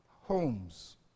homes